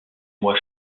mois